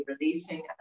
releasing